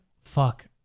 fuck